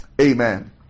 Amen